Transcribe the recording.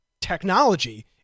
technology